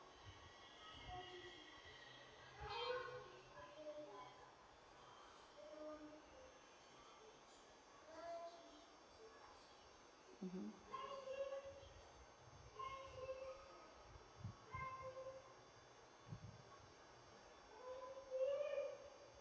mmhmm